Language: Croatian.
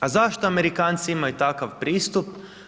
A zašto Amerikanci imaju takav pristup?